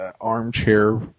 armchair